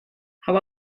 how